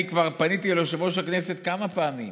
אני כבר פניתי ליושב-ראש הכנסת כמה פעמים.